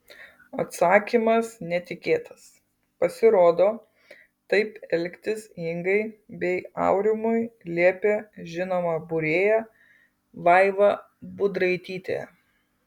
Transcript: atsakymas netikėtas pasirodo taip elgtis ingai bei aurimui liepė žinoma būrėja vaiva budraitytė